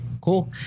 Cool